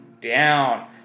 down